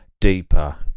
deeper